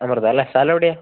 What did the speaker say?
അമൃത അല്ലേ സ്ഥലം എവിടെയാ